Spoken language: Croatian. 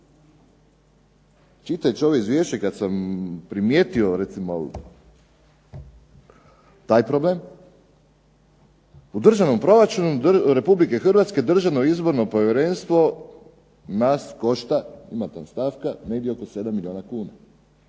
Čitajući ovo izvješće kad sam primijetio recimo taj problem, u državnom proračunu Republike Hrvatske Državno izborno povjerenstvo nas košta, ima ta stavka negdje oko 7 milijuna kuna.